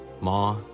Ma